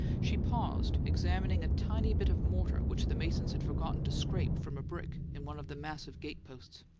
she paused, examining a tiny bit of mortar which the masons had forgotten to scrape from a brick in one of the massive gate-posts.